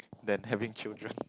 than having children